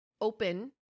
open